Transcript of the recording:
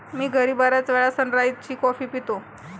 मी घरी बर्याचवेळा सनराइज ची कॉफी पितो